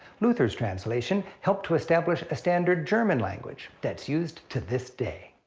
luther's translation helped to establish a standard german language that's used to this day.